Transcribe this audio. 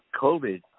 COVID